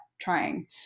trying